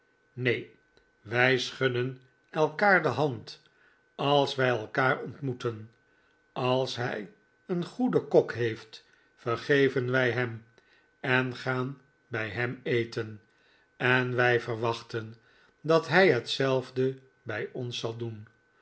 neen wij schudden elkaar de hand als wij elkaar ontmoeten als hij een goeden kok heeft vergeven wij hem en gaan bij hem eten en wij verwachten dat hij hetzelfde bij ons zal doen